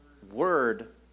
word